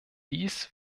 dies